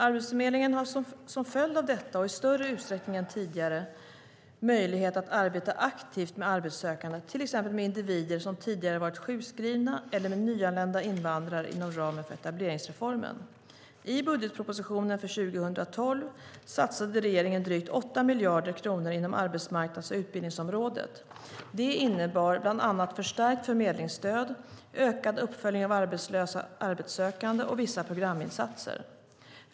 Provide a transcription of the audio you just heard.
Arbetsförmedlingen har som följd av detta, och i större utsträckning än tidigare, möjlighet att arbeta aktivt med arbetssökande, till exempel med individer som tidigare varit sjukskrivna eller med nyanlända invandrare inom ramen för etableringsreformen. I budgetpropositionen för 2012 satsade regeringen drygt 8 miljarder kronor inom arbetsmarknads och utbildningsområdet. Det innebar bland annat förstärkt förmedlingsstöd, ökad uppföljning av arbetslösa arbetssökande och vissa programinsatser.